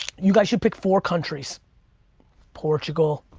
you guys should pick four countries portugal,